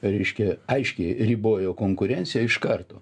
reiškia aiškiai ribojo konkurenciją iš karto